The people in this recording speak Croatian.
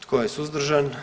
Tko je suzdržan?